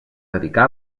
dedicà